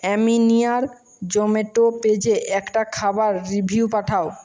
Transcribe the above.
আমিনিয়ার Zomato পেজে একটা খাবার রিভিউ পাঠাও